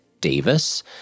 Davis